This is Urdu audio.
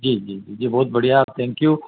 جی جی جی جی بہت بڑھیا آپ تھینک یو